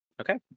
Okay